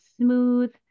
smooth